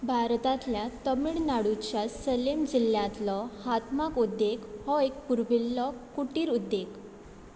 भारतांतल्या तमिळनाडूच्या सलेम जिल्ल्यांतलो हातमाग उद्देक हो एक पुरविल्लो कुटीर उद्देग